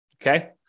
Okay